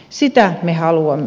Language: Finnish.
sitä me haluamme